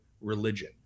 religion